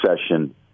session